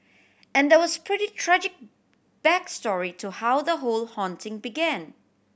and there was pretty tragic back story to how the whole haunting began